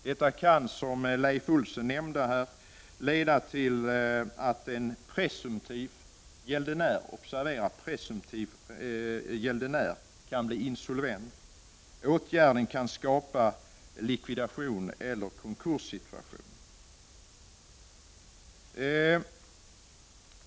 Detta kan, som Leif Olsson nämnde, leda till att en presumtiv gäldenär — observera presumtiv gäldenär — kan bli insolvent. Åtgärden kan skapa en likvidationseller konkurssituation.